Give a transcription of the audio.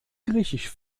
griechisch